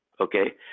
Okay